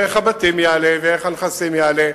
ערך הבתים יעלה, וערך הנכסים יעלה,